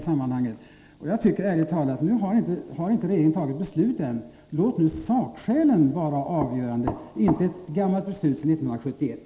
Regeringen har inte fattat beslut än. Låt nu sakskälen vara avgörande — inte ett gammalt beslut från 1971.